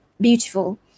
beautiful